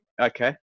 Okay